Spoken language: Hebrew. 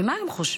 ומה הם חושבים?